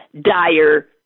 dire